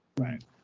right